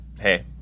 hey